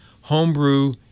homebrew